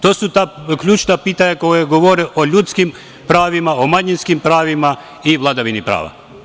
To su ta ključna pitanja koja govore o ljudskim pravima, o manjinskim pravima i vladavini prava.